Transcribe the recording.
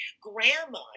grandma